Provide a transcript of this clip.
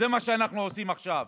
זה מה שאנחנו עושים עכשיו,